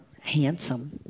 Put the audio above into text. handsome